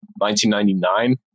1999